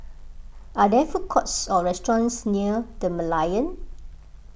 are there food courts or restaurants near the Merlion